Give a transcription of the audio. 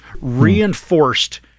reinforced